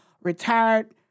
retired